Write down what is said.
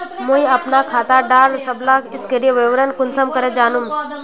मुई अपना खाता डार सबला सक्रिय विवरण कुंसम करे जानुम?